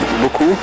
beaucoup